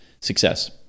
success